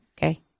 okay